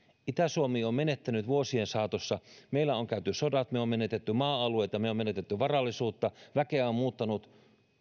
itä suomi on menettänyt vuosien saatossa meillä on käyty sodat me olemme menettäneet maa alueita me olemme menettäneet varallisuutta väkeä on muuttanut